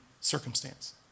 circumstance